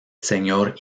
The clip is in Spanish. señor